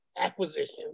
acquisition